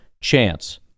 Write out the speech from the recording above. chance